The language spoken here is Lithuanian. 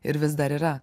ir vis dar yra